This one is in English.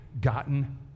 gotten